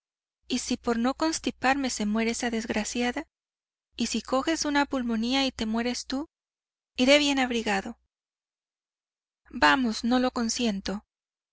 y si por no constiparme se muere esa desgraciada y si coges una pulmonía y te mueres tú iré bien abrigado vamos no lo consiento